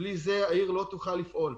בלי זה העיר לא תוכל לפעול.